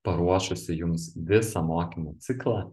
paruošusi jums visą mokymų ciklą